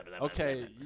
Okay